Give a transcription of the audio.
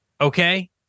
okay